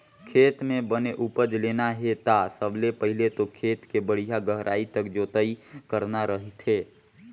खेत म बने उपज लेना हे ता सबले पहिले तो खेत के बड़िहा गहराई तक जोतई करना रहिथे